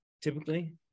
typically